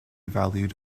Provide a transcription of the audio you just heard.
valued